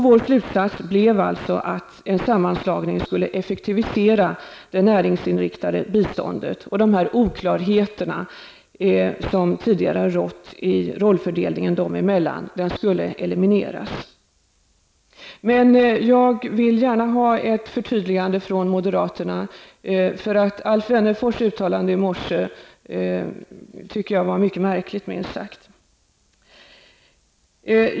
Vår slutsats blev alltså att en sammanslagning skulle effektivisera det näringsinriktade biståndet, och de oklarheter som tidigare rått i rollfördelningen dem emellan skulle elimineras. Jag vill emellertid gärna ha ett förtydligande från moderaterna. Alf Wennerfors uttalande i morse tycker jag var mycket märkligt minst sagt.